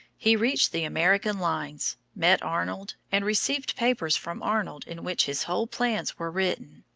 he reached the american lines, met arnold, and received papers from arnold in which his whole plans were written.